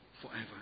forever